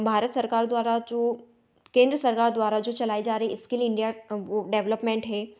भारत सरकार द्वारा जो केंद्र सरकार द्वारा जो चलाई जा रही इस्किल इंडिया वो डेवलपमेंट हे